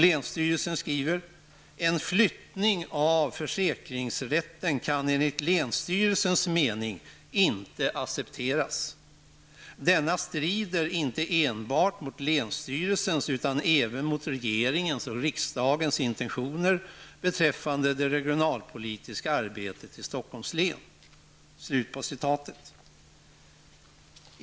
Länsstyrelsen skriver: En flyttning av försäkringsrätten kan enligt länsstyrelsens mening inte accepteras. Denna strider inte enbart mot länsstyrelsens utan även mot regeringens och riksdagens intentioner beträffande det regionalpolitiska arbetet i Stockholms län.